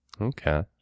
Okay